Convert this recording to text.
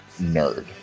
nerd